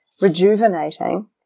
rejuvenating